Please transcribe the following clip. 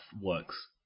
works